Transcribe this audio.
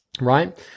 right